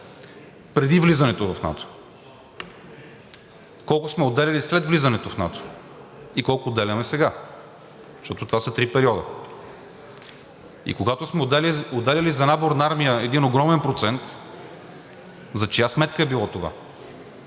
преди влизането в НАТО, колко сме отделяли след влизането в НАТО и колко отделяме сега, защото това са три периода. И когато сме отделяли за набор на армия един огромен процент, за чия сметка е било това?